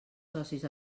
socis